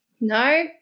No